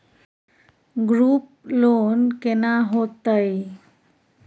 Group loan केना होतै?